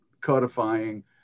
codifying